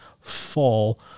fall